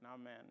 amen